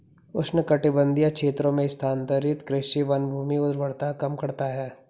उष्णकटिबंधीय क्षेत्रों में स्थानांतरित कृषि वनभूमि उर्वरता कम करता है